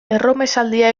erromesaldia